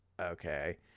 okay